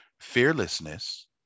Fearlessness